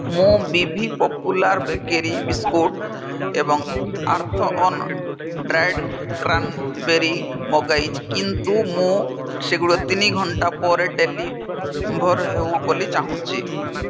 ମୁଁ ବି ବି ପପୁଲାର୍ ବେକେରୀ ବିସ୍କୁଟ୍ ଏବଂ ଆର୍ଥ୍ଅନ୍ ଡ୍ରାଏଡ଼୍ କ୍ରାନ୍ବେରୀ ମଗାଇଛି କିନ୍ତୁ ମୁଁ ସେଗୁଡ଼ିକ ତିନି ଘଣ୍ଟା ପରେ ଡେଲିଭର୍ ହେଉ ବୋଲି ଚାହୁଁଛି